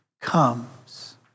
comes